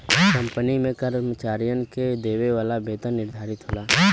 company में कर्मचारियन के देवे वाला वेतन निर्धारित होला